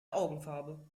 augenfarbe